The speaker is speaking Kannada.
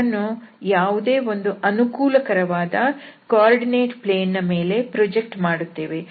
ಅದನ್ನು ಯಾವುದೇ ಒಂದು ಅನುಕೂಲಕರ ನಿರ್ದೇಶಾಂಕ ಸಮತಲ ಗಳ ಮೇಲೆ ಪ್ರಾಜೆಕ್ಟ್ ಮಾಡುತ್ತೇವೆ